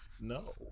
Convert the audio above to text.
no